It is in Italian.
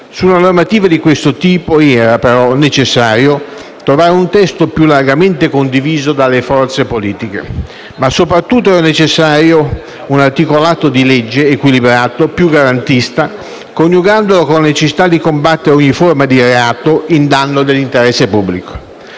Su una normativa di questo tipo era però necessario trovare un testo più largamente condiviso dalle diverse forze politiche. Ma soprattutto era necessario un articolato di legge equilibrato e più garantista, coniugandolo con la necessità di combattere ogni forma di reato in danno dell'interesse pubblico.